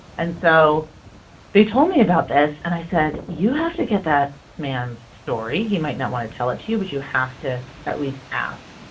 and so they told me about this and i said you have to get that man's story. he might not want to tell it to you but you have to at least ask.